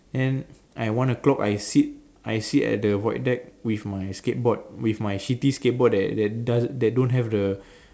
than I one o'clock I sit I sit at the void with my skateboard with my shitty skateboard that that does~ that don't have the